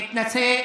מתנשא,